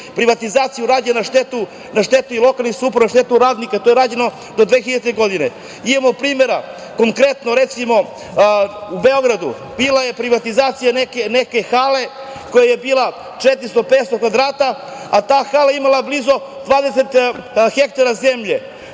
privatizacija je urađen na štetu i lokalnih samouprava i radnika, to je rađeno do 2000. godine. Imamo primere, konkretno, recimo, u Beogradu bila je privatizacija neke hale koja je bila 400, 500 kvadrata, a ta hala je imala blizu 20 hektara zemlje,